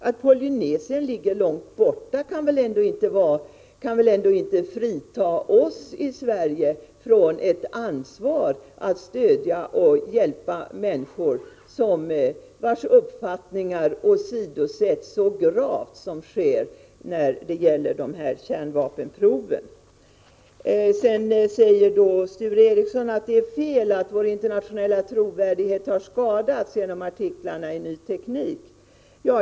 Att Polynesien ligger långt borta kan väl ändå inte frita oss i Sverige från ett ansvar för att stödja och hjälpa människor vars uppfattningar åsidosätts så gravt som sker när det gäller dessa kärnvapenprov. Sture Ericson säger vidare att det är fel att vår internationella trovärdighet har skadats genom artiklarna i Ny Teknik.